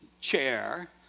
chair